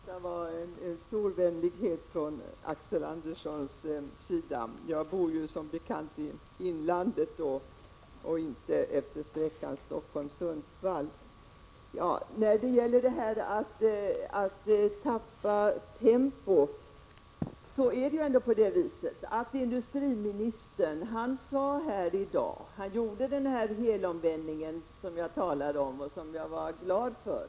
Herr talman! Det sista visar stor vänlighet från Axel Anderssons sida. Som bekant bor jag i inlandet och inte efter sträckan Stockholm-Sundsvall. Apropå detta att tappa tempot gjorde industriministern en helomvändning, som jag talade om och som jag har varit glad för.